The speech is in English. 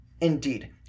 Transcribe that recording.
Indeed